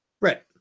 Right